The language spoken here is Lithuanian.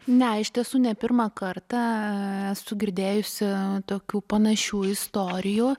ne iš tiesų ne pirmą kartą esu girdėjusi tokių panašių istorijų